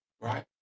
Right